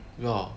ya